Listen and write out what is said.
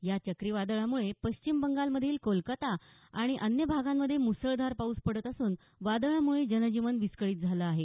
या चक्रीवादळामुळे पश्चिम बंगालमधील कोलकाता आणि अन्य भागांमध्ये म्सळधार पावसाने हजेरी लावली असून वादळामुळे जनजीवन विस्कळीत झाले आहे